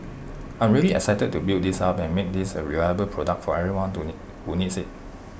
I'm really excited to build this up and make this A reliable product for everyone to need who needs IT